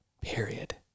period